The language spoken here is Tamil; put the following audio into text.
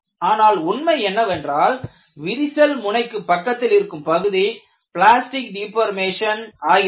ஆனால் உண்மை என்னவென்றால் விரிசல் முனைக்கு பக்கத்தில் இருக்கும் பகுதி பிளாஸ்டிக் டீபோர்மேசன் ஆகிறது